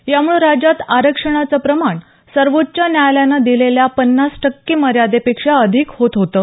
यामुळे राज्यात आरक्षणाचं प्रमाण सर्वोच्व न्यायालयानं दिलेल्या पन्नास टक्के मर्यादेपेक्षा अधिक होत होतं